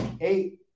eight